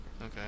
Okay